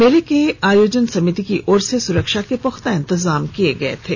मेले के आयोजन समिति की ओर से सुरक्षा के पुख्ता इंतजाम किये गये थे